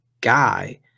guy